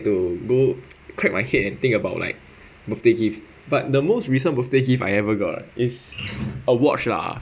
to do crack my head and think about like birthday gift but the most recent birthday gift I ever got is a watch lah